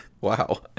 wow